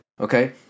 okay